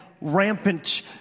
rampant